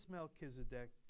Melchizedek